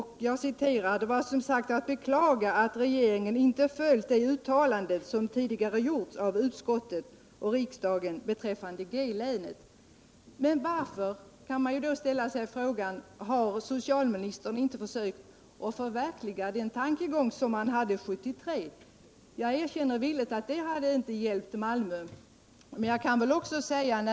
Han anförde att det var att beklaga att regeringen inte följt det uttalande som tidigare gjorts av utskottet och riksdagen beträffande G-länet. Men varför, kan man fråga, har socialministern inte försökt att nu förverkliga den tankegång han hade 1973? Jag erkänner villigt att det inte hade hjälpt Malmö.